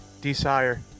Desire